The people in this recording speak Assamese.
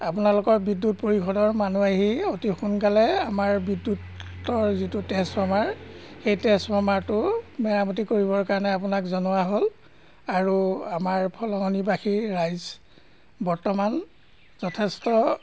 আপোনালোকৰ বিদ্যুৎ পৰিষধৰ মানুহ আহি অতি সোনকালে আমাৰ বিদ্যুতৰ যিটো ট্ৰেঞ্চফ্ৰ্মাৰ সেই ট্ৰেঞ্চফ্ৰ্মাৰটো মেৰামতি কৰিবৰ কাৰণে আপোনাক জনোৱা হ'ল আৰু আমাৰ ফলঙনীবাসী ৰাইজ বৰ্তমান যথেষ্ট